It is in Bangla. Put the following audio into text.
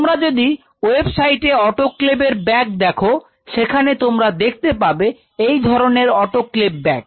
তোমরা যদি ওয়েবসাইটে অটোক্লেভ ব্যাগ দেখো সেখানে তোমরা দেখতে পাবে এই ধরনের অটোক্লেভ ব্যাগ